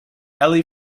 alley